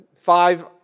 five